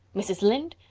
mrs. lynde?